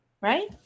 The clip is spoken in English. Right